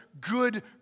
Good